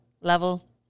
level